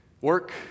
Work